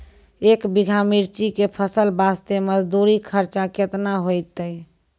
एक बीघा मिर्ची के फसल वास्ते मजदूरी खर्चा केतना होइते?